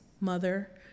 mother